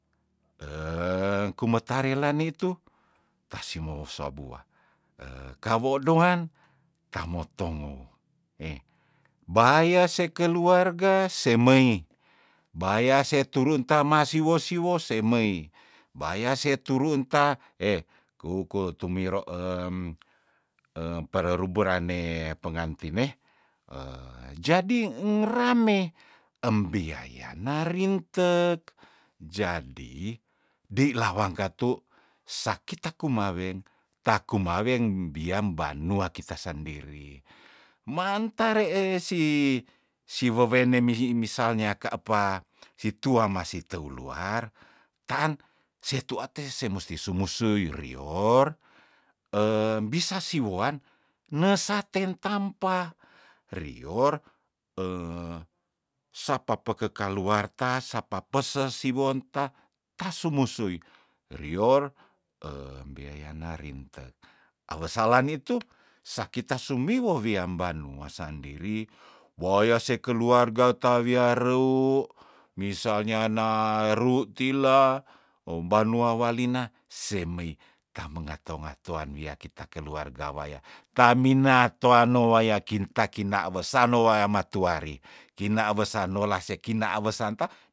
Eng kume tarela nitu tasimou sabuah kawo doan kamo tomo eh bahaya se keluarga se meih baya se turun ta ma si wosi wo se meih baya se turu enta eh kouku tumiro pererubu rane pengantine eh jadi engerame embiyaya narintek jadi dei lawang katu sakita kumaweng taku maweng biam banua kita sandiri mantare eh sih siwewene mii misalnya kaapa si tuama si teuluar tan setu ate se musti sumu sui rior bisa siwoan ngesaten tampa rior sapa pe ke kaluar ta sapa peses siwonta tasumusui rior biayana rintek awasalan nitu sakita sumiwo wiam banua sandiri boaya sekeluarga ta wiaru misalnya naru tila obanua walina se mei tame ngato- ngatoan wia kita keluarga waya ta mina toanou waya kinta kina wesano waya matuari kina wesa nola se kina wesanta